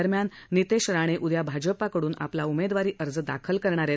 दरम्यान नितेश राणे उद्या भाजपाकडून आपला उमेदवारी अर्ज दाखल करणार आहेत